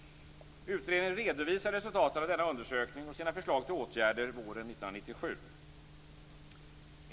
Utredningen redovisade resultaten av undersökningen och sina förslag till åtgärder våren 1997.